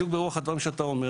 בדיוק ברוח הדברים שאתה אומר,